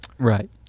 Right